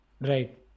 right